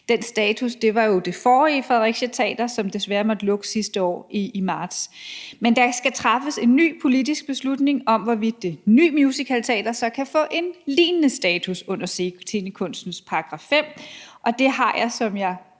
Den status var jo det forrige Fredericia Teaters, som desværre måtte lukke sidste år i marts. Men der skal træffes en ny politisk beslutning om, hvorvidt det ny musicalteater så kan få en lignende status under scenekunstlovens § 5, og det har jeg, som jeg